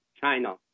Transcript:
China